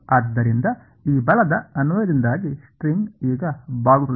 ಆದ್ದರಿಂದ ಈ ಬಲದ ಅನ್ವಯದಿಂದಾಗಿ ಸ್ಟ್ರಿಂಗ್ ಈಗ ಬಾಗುತ್ತದೆ